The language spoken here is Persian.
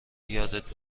یادت